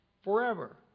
forever